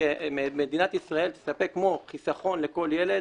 שמדינת ישראל תספק כמו חיסכון לכל ילד,